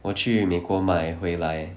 我去美国买回来